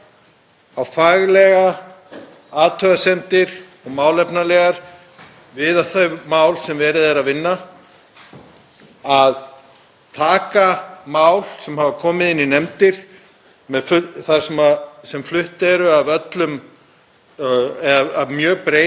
taka mál sem hafa komið inn í nefndir, sem flutt eru af mjög breiðum hópi þingmanna, til málefnalegrar umræðu. Við getum alveg unnið betur saman. Gerum það.